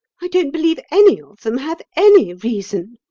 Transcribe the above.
i don't believe any of them have any reason.